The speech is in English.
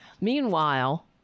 Meanwhile